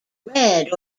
red